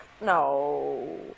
No